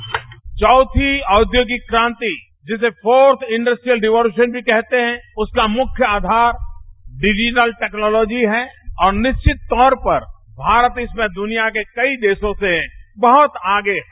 bite चौथी औद्योगिक क्रांति जिसे फोर्थ इंडस्ट्रियल रेवोलुशन भी कहते है उसका मुख्या आधार डिजिटल टेक्नोलॉजी है और निश्चित तौर पर भारत इसमे दुनिया के कई देशों से बहत आगे है